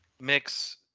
mix